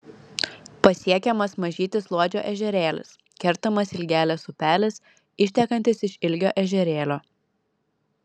pasiekiamas mažytis luodžio ežerėlis kertamas ilgelės upelis ištekantis iš ilgio ežerėlio